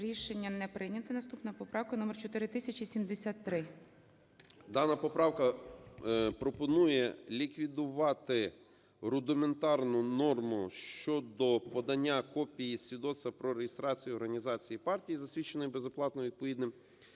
Рішення не прийнято. Наступна поправка номер - 4073. 16:44:12 СИДОРОВИЧ Р.М. Дана поправка пропонує ліквідувати рудиментарну норму щодо подання копії свідоцтва про реєстрацію організації партії, засвідченої безоплатно відповідним